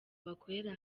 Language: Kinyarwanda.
bakorera